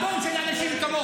אני האדון של אנשים כמוך.